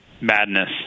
madness